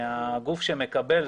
מהגוף שמקבל,